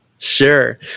Sure